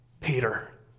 Peter